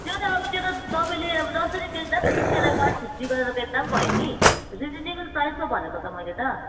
त्यो त अब त्यो त तपाईँले अब जसरी बेच्दा पनि हुन्छ नि त्यसलाई वान फिफ्टी गरेर बेच्दा पनि भयो नि रिजनेबल प्राइस पो भनेको त मैले त